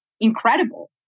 incredible